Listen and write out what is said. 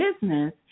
business